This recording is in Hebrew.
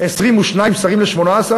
22 שרים ל-18?